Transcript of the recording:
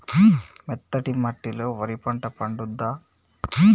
మెత్తటి మట్టిలో వరి పంట పండుద్దా?